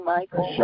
Michael